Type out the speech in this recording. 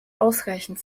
ausreichend